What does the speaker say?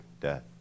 death